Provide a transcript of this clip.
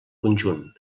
conjunt